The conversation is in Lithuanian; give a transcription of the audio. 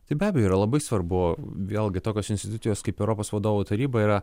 tai be abejo yra labai svarbu vėlgi tokios institucijos kaip europos vadovų taryba yra